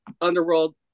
Underworld